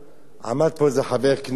עמד פה חבר כנסת